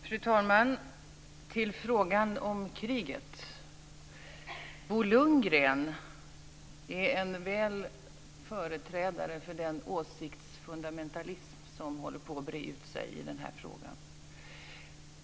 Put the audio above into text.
Fru talman! Till frågan om kriget: Bo Lundgren är en stark företrädare för den åsiktsfundamentalism som håller på att breda ut sig i den här frågan.